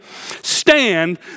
stand